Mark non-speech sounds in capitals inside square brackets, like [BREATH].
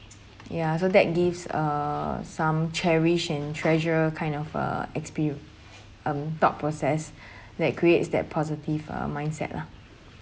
ya so that gives uh some cherish and treasure kind of uh expe~ um thought process [BREATH] that creates that positive uh mindset lah